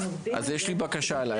אז יש לי בקשה אלייך.